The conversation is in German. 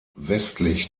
westlich